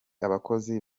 abakozi